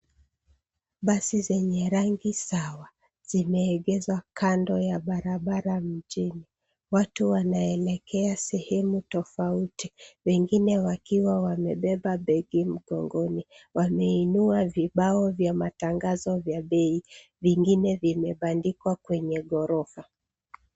Basi zenye rangi sawa zimeegeshwa kando ya barabara mjini . Watu wnaelekea sehemu tofauti wengine wakiwa wamebeba begi mgongoni. Wameinua vibao vya matangazo vya bei vingine vimebandikwa kwenye ghorofa.